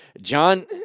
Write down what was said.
John